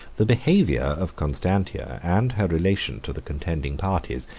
the behavior of constantia, and her relation to the contending parties,